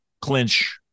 clinch